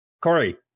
Corey